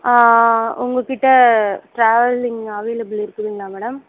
உங்கள்கிட்ட travelling available இருக்குங்களா madam